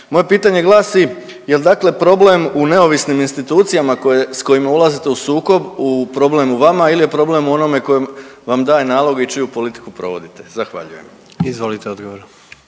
Moje pitanje glasi, jel dakle problem u neovisnim institucijama s kojima ulazite u sukob problem u vama il je problem u onome koji vam daje naloge i čiju politiku provodite? Zahvaljujem. **Jandroković,